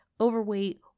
overweight